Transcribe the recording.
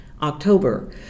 October